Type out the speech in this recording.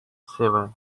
seven